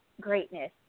greatness